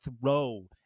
throw